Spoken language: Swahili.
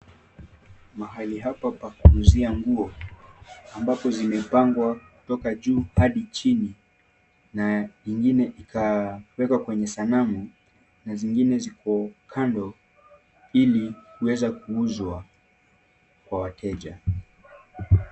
Mahali hapa pa kuuzia nguo ambapo zimepangwa kutoka juu hadi chini na ingine, ingine ikawekwa kwenye sanamu na zingine ziko kando ili kuweza kuuzwa kwa wateja.